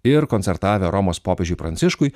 ir koncertavę romos popiežiui pranciškui